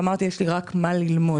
ואמרתי: יש לי רק מה ללמוד.